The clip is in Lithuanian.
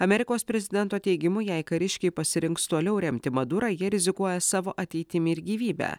amerikos prezidento teigimu jei kariškiai pasirinks toliau remti madurą jie rizikuoja savo ateitimi ir gyvybe